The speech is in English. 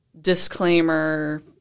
disclaimer